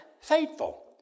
faithful